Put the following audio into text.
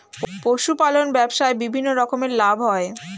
পশুপালন ব্যবসায় বিভিন্ন রকমের লাভ হয়